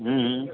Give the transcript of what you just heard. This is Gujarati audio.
હમમ